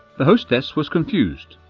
the hostess was confused.